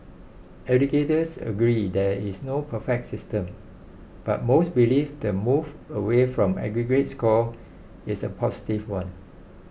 educators agree there is no perfect system but most believe the move away from aggregate scores is a positive one